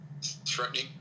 threatening